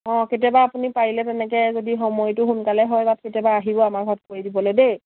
অঁ কেতিয়াবা আপুনি পাৰিলে তেনেকে যদি সময়টো সোনকালে হয় কেতিয়াবা আহিব আমাৰ ঘৰত কৰি দিবলে দেই